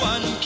One